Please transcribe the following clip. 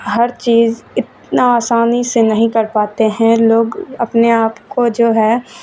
ہر چیز اتنا آسانی سے نہیں کر پاتے ہیں لوگ اپنے آپ کو جو ہے